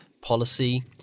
policy